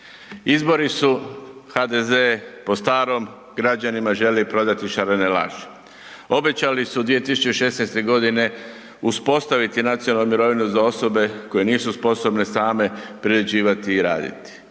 Izbori su, HDZ po starom građanima želi prodati šarene laži. Obećali su 2016.g. uspostaviti nacionalnu mirovinu za osobe koje nisu sposobne same privređivati i raditi.